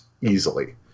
easily